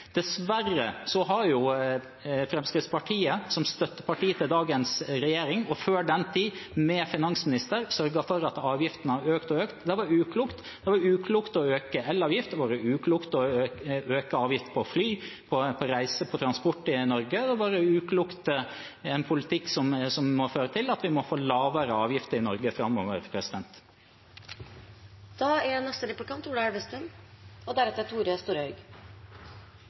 Dessverre har Fremskrittspartiet, som støtteparti til dagens regjering, og før den tid, med finansministeren, sørget for at avgiftene har økt og økt. Det har vært uklokt. Det har vært uklokt å øke elavgiften, det har vært uklokt å øke avgifter på å fly, på å reise, på transport i Norge. Det har vært uklokt – en politikk som må føre til at vi må få lavere avgifter i Norge framover. Den store fordelen med EØS-avtalen er